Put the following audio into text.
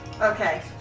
Okay